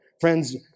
friends